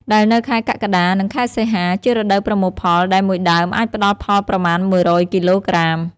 ដែលនៅខែកក្កដា និងខែសីហា ជារដូវប្រមូលផល ដែល១ដើម អាចផ្ដល់ផលប្រមាណ ១០០គីឡូក្រាម។